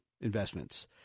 investments